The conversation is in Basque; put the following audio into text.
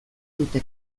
dute